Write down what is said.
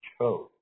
chose